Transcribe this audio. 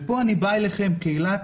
ופה אני פונה אליכם קהילת